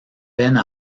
peine